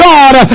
God